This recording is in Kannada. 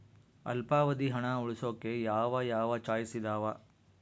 ಅಲ್ಪಾವಧಿ ಹಣ ಉಳಿಸೋಕೆ ಯಾವ ಯಾವ ಚಾಯ್ಸ್ ಇದಾವ?